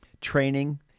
training